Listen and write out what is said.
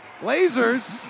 Blazers